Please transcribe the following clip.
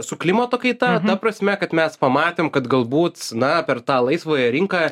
su klimato kaita ta prasme kad mes pamatėm kad galbūt na per tą laisvąją rinką